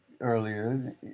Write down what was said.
earlier